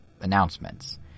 announcements